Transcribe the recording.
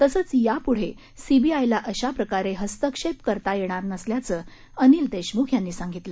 तसंच यापुढे सीबीआयला अशा प्रकारे हस्तक्षेप करता येणार नसल्याचं अनिल देशमुखां यांनी सांगितलं